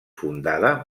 fundada